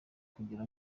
kugira